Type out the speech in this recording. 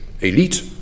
elite